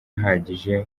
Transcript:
uhagije